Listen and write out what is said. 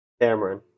Cameron